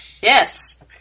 Yes